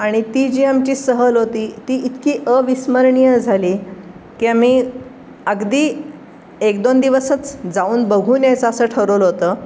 आणि ती जी आमची सहल होती ती इतकी अविस्मरणीय झाली की आम्ही अगदी एक दोन दिवसच जाऊन बघून यायचं असं ठरवलं होतं